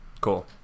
Cool